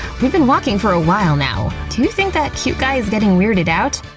we've been walking for a while now. do you think that cute guy is getting weirded out?